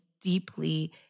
deeply